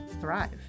thrive